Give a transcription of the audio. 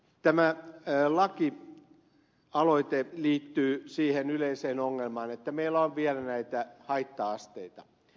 tämä lakialoite liittyy siihen yleiseen ongelmaan että meillä on vielä näitä haitta asteita